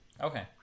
Okay